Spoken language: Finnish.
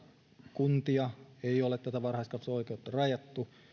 kuntia ei ole tätä varhaiskasvatusoikeutta rajattu